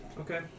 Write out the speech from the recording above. Okay